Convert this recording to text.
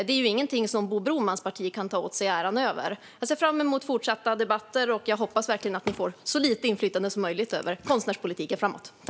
Det är ingenting som Bo Bromans parti kan ta åt sig äran av. Jag ser fram emot fortsatta debatter, och jag hoppas verkligen att ni får så lite inflytande som möjligt över konstnärspolitiken framåt.